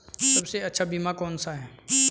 सबसे अच्छा बीमा कौन सा है?